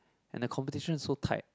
and the competition is so tight